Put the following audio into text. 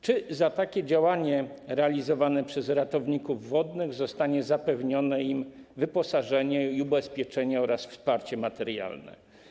Czy w zamian za takie działania realizowane przez ratowników wodnych zostanie im zapewnione wyposażenie i ubezpieczenie oraz wsparcie materialne?